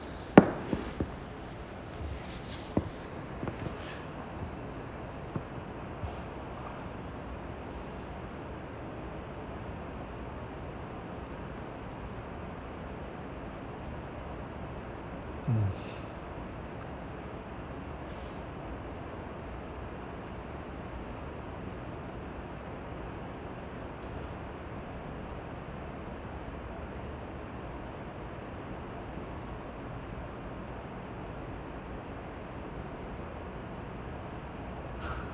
mm